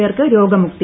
പേർക്ക് രോഗമുക്തി